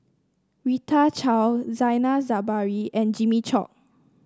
Rita Chao Zainal Sapari and Jimmy Chok